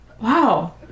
Wow